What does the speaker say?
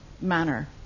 manner